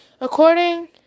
According